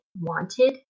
wanted